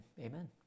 Amen